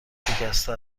شکسته